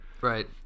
right